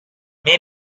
may